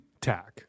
tack